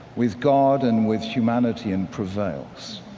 with god and with humanity and prevails.